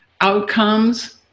outcomes